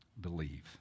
Believe